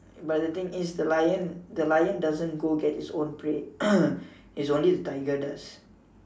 but the thing is the lion the lion doesn't go get its own prey is only the tiger does